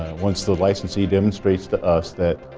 once the license demonstrates to us that,